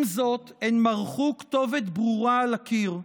עם זאת, הן מרחו כתובת ברורה על הקיר: